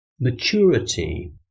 Maturity